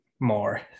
More